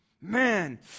man